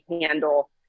handle